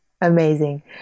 amazing